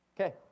Okay